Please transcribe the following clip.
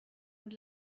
und